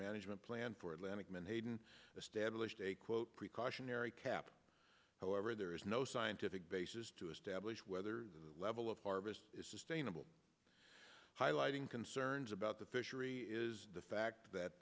management plan for atlantic menhaden established a quote precautionary cap however there is no scientific basis to establish whether the level of harvest is sustainable highlighting concerns about the fishery is the fact that